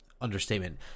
understatement